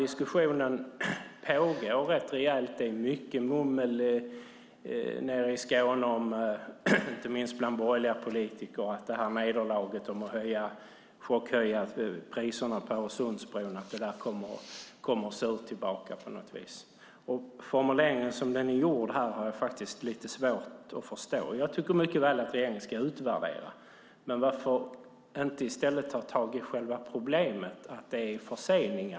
Diskussionen pågår rätt rejält. Det är mycket mummel nere i Skåne, inte minst bland borgerliga politiker, om att det på något vis kommer surt tillbaka av nederlaget att chockhöja priserna på Öresundsbron. Jag har lite svårt att förstå formuleringen som den är gjord här. Jag tycker att regeringen mycket väl kan utvärdera. Men varför inte i stället ta tag i själva problemet, det vill säga förseningarna?